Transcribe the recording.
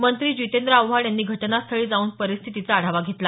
मंत्री जितेंद्र आव्हाड यांनी घटनास्थळी जाऊन परिस्थितीचा आढावा घेतला